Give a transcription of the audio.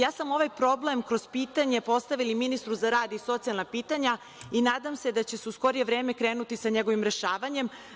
Ja sam ovaj problem kroz pitanje postavila i ministru za rad i socijalna pitanja i nadam se da će se u skorije vreme krenuti sa njegovim rešavanjem.